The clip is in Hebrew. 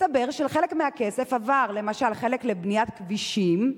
מסתבר שחלק מהכסף עבר, למשל חלק לבניית כבישים,